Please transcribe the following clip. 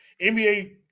nba